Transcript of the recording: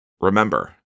Remember